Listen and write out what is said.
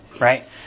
right